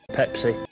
Pepsi